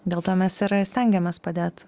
dėl to mes ir stengiamės padėt